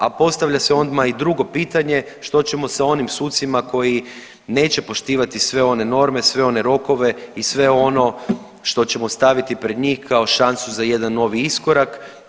A postavlja se odma i drugo pitanje, što ćemo sa onim sucima koji neće poštivati sve one norme, sve one rokove i sve ono što ćemo staviti pred njih kao šansu za jedan novi iskorak.